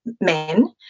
men